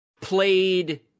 played